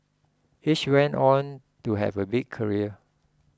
each went on to have a big career